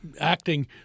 acting